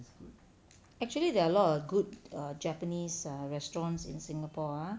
actually there are a lot of good err japanese err restaurants in singapore ah